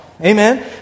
Amen